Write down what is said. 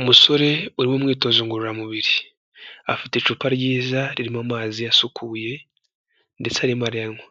Umusore uri mu umwitozo ngororamubiri, afite icupa ryiza ririmo amazi asukuye ndetse arimo aranywa